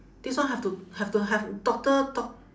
this one have to have to have doctor doc~